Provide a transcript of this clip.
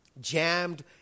jammed